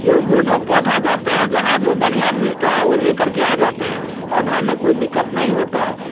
जो पौधा जाते हैं जहाँ जो बढ़िया मिलते हैं वो लेकर के आ जाते हैं पौधा में कोई दिक्कत नहीं होता है